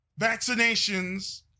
vaccinations